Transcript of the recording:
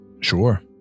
Sure